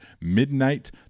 midnight